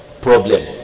problem